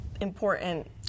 important